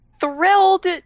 thrilled